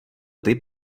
typ